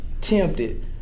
tempted